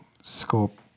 scope